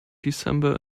december